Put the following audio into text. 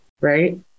right